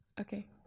Okay